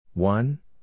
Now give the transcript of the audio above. One